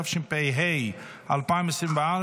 התשפ"ה 2024,